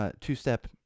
two-step